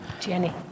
Jenny